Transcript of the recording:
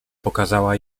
pokazała